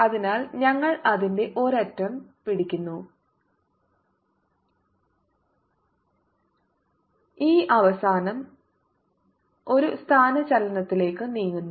അതിനാൽ ഞങ്ങൾ അതിന്റെ ഒരറ്റം പിടിക്കുന്നു ഈ അവസാനം ഒരു സ്ഥാനചലനത്തിലേക്ക് നീങ്ങുന്നു